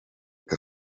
que